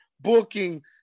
booking